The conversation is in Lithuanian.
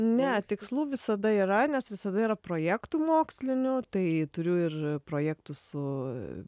ne tikslų visada yra nes visada yra projektų mokslinių tai turiu ir projektų su